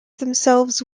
themselves